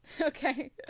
Okay